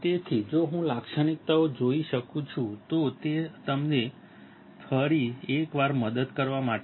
તેથી જો હું લાક્ષણિકતાઓ જોઈ શકું છું તો તે તમને ફરી એકવાર મદદ કરવા માટે છે